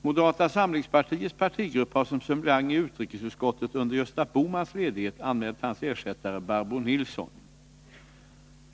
Moderata samlingspartiets partigrupp har som suppleant i utrikesutskottet under Gösta Bohmans ledighet anmält hans ersättare Barbro Nilsson.